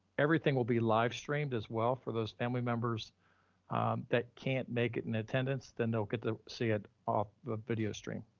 everything will be live streamed as well for those family members that can't make it an attendance, then they'll get to see it off the video stream.